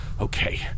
okay